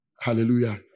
Hallelujah